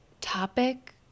topic